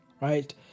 right